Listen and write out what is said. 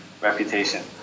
reputation